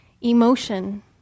emotion